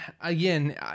again